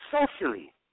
socially